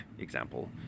example